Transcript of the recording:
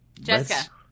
Jessica